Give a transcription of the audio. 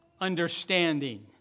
understanding